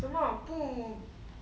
什么不